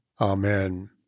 Amen